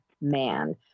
man